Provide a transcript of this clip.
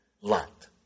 lot